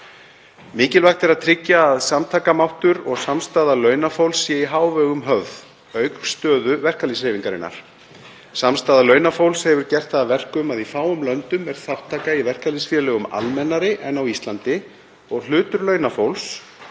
Mikilvægt er að tryggja að samtakamáttur og samstaða launafólks séu í hávegum höfð auk stöðu verkalýðshreyfingarinnar. Samstaða launafólks hefur gert það að verkum að í fáum löndum er þátttaka í verkalýðsfélögum almennari en á Íslandi og hlutur launafólks